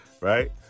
Right